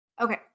Okay